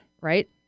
right